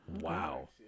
Wow